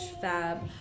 fab